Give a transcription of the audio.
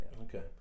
Okay